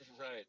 Right